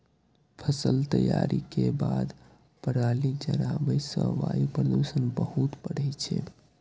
फसल तैयारी के बाद पराली जराबै सं वायु प्रदूषण बहुत बढ़ै छै